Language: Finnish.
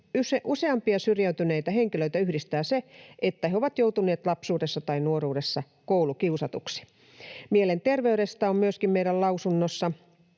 useimpia syrjäytyneitä henkilöitä yhdistää se, että he ovat joutuneet lapsuudessa tai nuoruudessa koulukiusatuksi. Mielenterveydestä on myöskin meidän lausunnossa: